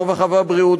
הרווחה והבריאות,